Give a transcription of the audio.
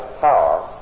power